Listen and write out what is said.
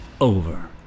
over